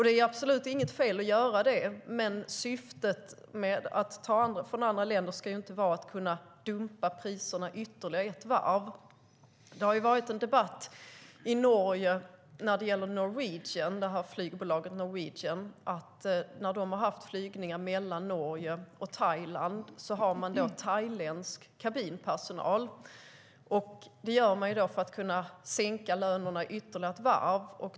Det är absolut inget fel att göra det, men syftet med att ta in personal från andra länder ska inte vara att dumpa priserna ytterligare ett varv. I Norge har det funnits en debatt beträffande flygbolaget Norwegian. När de har flygningar mellan Norge och Thailand har de thailändsk kabinpersonal för att kunna sänka lönerna ytterligare.